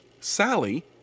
Sally